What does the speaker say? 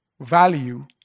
value